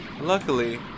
Luckily